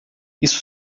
isso